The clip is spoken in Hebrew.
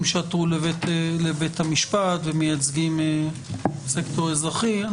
שעתרו לבית המשפט ומייצגים סקטור אזרחי.